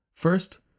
First